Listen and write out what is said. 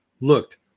looked